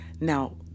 Now